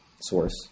source